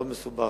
מאוד מסובך,